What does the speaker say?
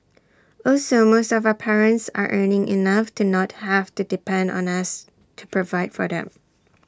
also most of our parents are earning enough to not have to depend on us to provide for them